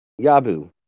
Yabu